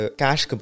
cash